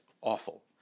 awful